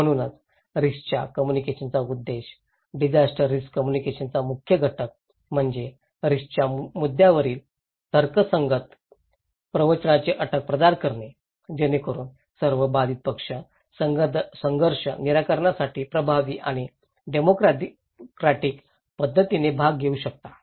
म्हणूनच रिस्कच्या कम्युनिकेशनचा उद्देश डिजास्टर रिस्क कम्युनिकेशनचा मुख्य घटक म्हणजे रिस्कच्या मुद्द्यांवरील तर्कसंगत प्रवचनाची अट प्रदान करणे जेणेकरून सर्व बाधित पक्ष संघर्ष निराकरणासाठी प्रभावी आणि डेमोक्रॅटिक पद्धतीने भाग घेऊ शकतात